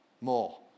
more